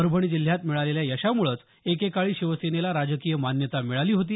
परभणी जिल्ह्यात मिळालेल्या यशामुळेच एकेकाळी शिवसेनेला राजकीय मान्यता मिळाली होती